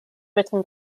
written